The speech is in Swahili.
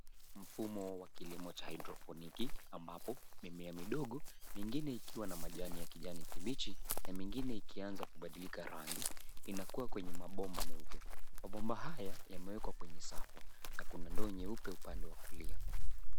Mfumo wa kilimo cha hydroponic ambapo mimea midogo mingine ikiwa na majani ya kijani kibichi na mingine ikianza kubadilika rangi inakua kwenye mabomba meupe. Mabomba haya yamewekwa kwenye safu na kuna ndoo nyeupe upande wa kulia.